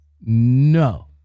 No